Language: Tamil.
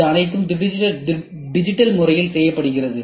இது அனைத்தும் டிஜிட்டல் முறையில் செய்யப்படுகிறது